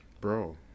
Bro